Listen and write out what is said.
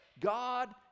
God